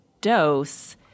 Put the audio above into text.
dose